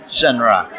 genre